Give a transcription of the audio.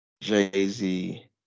Jay-Z